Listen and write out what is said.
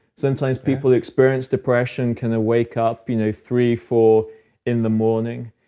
sometimes people who experience depression can wake up you know three, four in the morning.